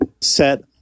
set